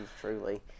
truly